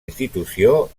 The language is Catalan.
institució